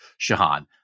Shahan